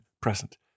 present